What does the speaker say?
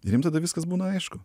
ir jiem tada viskas būna aišku